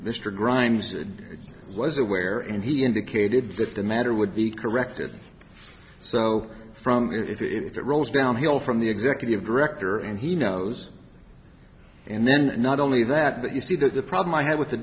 mr grimes was aware and he indicated that the matter would be corrected so from if it rolls downhill from the executive director and he knows and then not only that but you see that the problem i ha